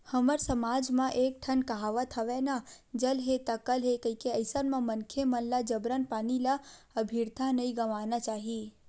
हमर समाज म एक ठन कहावत हवय ना जल हे ता कल हे कहिके अइसन म मनखे मन ल जबरन पानी ल अबिरथा नइ गवाना चाही